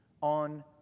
on